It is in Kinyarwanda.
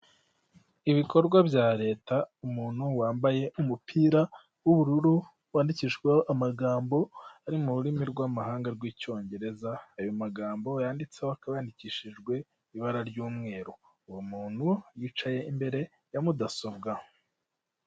Ibikorwa bya leta umuntu wambaye umupira w'ubururu wandikijweho amagambo ari mu rurimi rw'amahanga rw'icyongereza, ayo magambo yanditseho akaba yandikishijwe ibara ry'umweru, uwo muntu yicaye imbere ya mudasobwa.